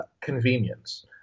convenience